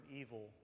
evil